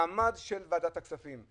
מעמד ועדת הכספים.